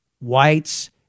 whites